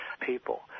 people